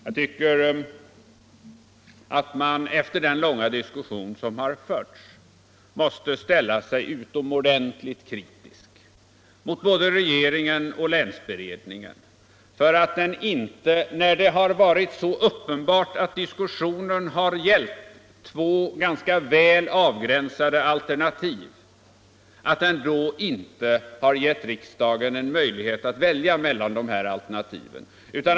Jag tycker att man efter den långa diskussion som har förts måste ställa sig utomordentligt kritisk mot både regeringen och länsberedningen för att de, när det har varit så uppenbart att diskussionen har gällt två ganska väl avgränsade alternativ, inte har gett riksdagen en möjlighet att välja mellan de alternativen.